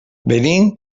venim